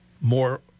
more